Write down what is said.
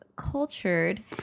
Cultured